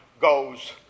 goes